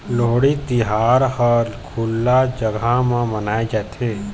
लोहड़ी तिहार ह खुल्ला जघा म मनाए जाथे